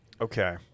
Okay